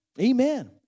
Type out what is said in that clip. Amen